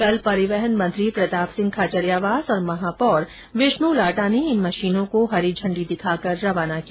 कल परिवहन मंत्री प्रताप सिंह खांचरियावास और महापौर विष्णु लाटा ने इन मशीनों को हरी झण्डी दिखाकर रवाना किया